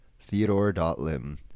Theodore.Lim